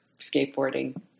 skateboarding